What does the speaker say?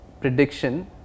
prediction